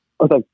Okay